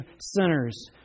sinners